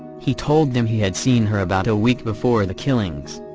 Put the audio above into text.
he told them he had seen her about a week before the killings.